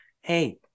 Hey